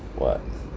what